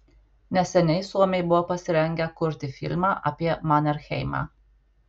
neseniai suomiai buvo pasirengę kurti filmą apie manerheimą